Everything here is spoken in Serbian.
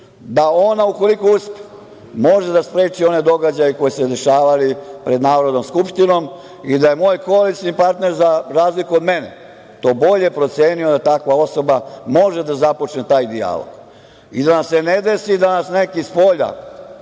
da ona može da spreči one događaje koji su se dešavali pred Narodnom skupštinom i da je moj koalicioni partner, za razliku od mene, bolje procenio da takva osoba može da započne taj dijalog i da nam se ne desi danas neki spolja